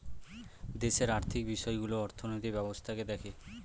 দেশের আর্থিক বিষয়গুলো অর্থনৈতিক ব্যবস্থাকে দেখে